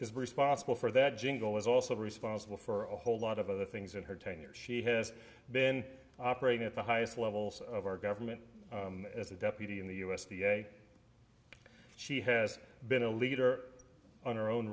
is responsible for that jingle is also responsible for a whole lot of other things in her tenure she has been operating at the highest levels of our government as a deputy in the u s d a she has been a leader on her own